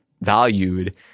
valued